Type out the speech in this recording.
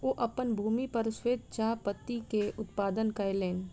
ओ अपन भूमि पर श्वेत चाह पत्ती के उत्पादन कयलैन